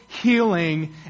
healing